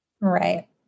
Right